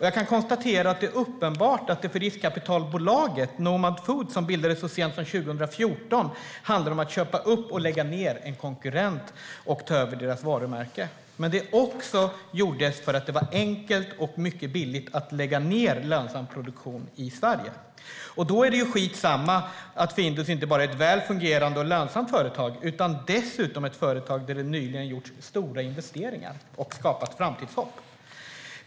Jag kan konstatera att det är uppenbart att det för riskkapitalbolaget Nomad Foods, som bildades så sent som 2014, handlade om att köpa upp och lägga ned en konkurrent och ta över varumärket. Men det gjordes också för att det var enkelt och mycket billigt att lägga ned lönsam produktion i Sverige. Då är det ju skit samma att Findus inte bara är ett väl fungerande och lönsamt företag utan dessutom ett företag där det nyligen gjorts stora investeringar, vilket skapat framtidshopp.